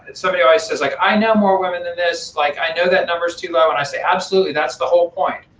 and somebody always says, like i know more women than this. like i know that number's too low. and i say absolutely. that's the whole point,